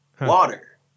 water